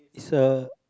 it's a